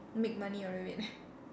make money out of it